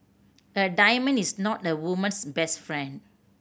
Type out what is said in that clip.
a diamond is not a woman's best friend